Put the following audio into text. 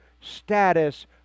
status